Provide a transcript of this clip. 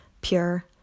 pure